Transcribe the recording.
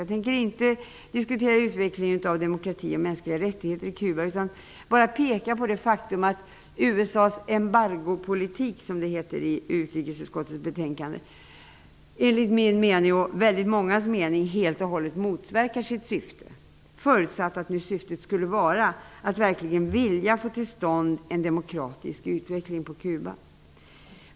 Jag tänker inte heller diskutera utvecklingen av demokrati och mänskliga rättigheter på Cuba utan bara peka på det faktum att USA:s embargopolitik, som det heter i utrikesutskottets betänkande, enligt min och mångas mening helt och hållet motverkar sitt syfte, förutsatt att syftet nu skulle vara att verkligen få till stånd en demokratisk utveckling på Cuba.